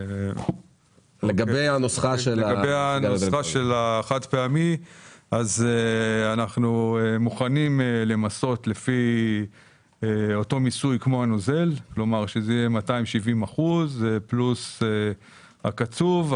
את החד פעמי אנחנו מוכנים למסות כמו הנוזל כך שזה יהיה 270% פלוס הקצוב,